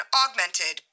augmented